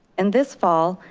and this fall,